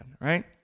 right